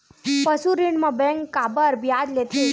पशु ऋण म बैंक काबर ब्याज लेथे?